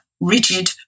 rigid